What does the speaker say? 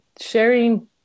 sharing